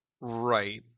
right